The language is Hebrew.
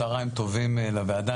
צוהריים טובים לוועדה,